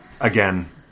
again